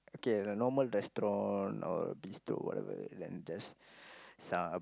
kay a normal restaurant or bistro whatever it is then just some